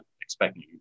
expecting